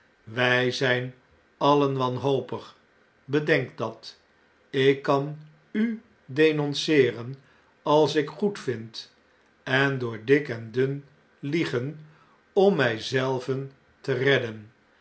wy zjjn alien wanhopig bedenk dat ik kan u denonceeren als ik goedvind en doordiken dun liegen om mij zelven te redden